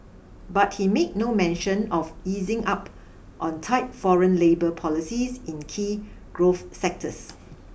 but he made no mention of easing up on tight foreign labour policies in key growth sectors